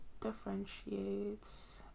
differentiates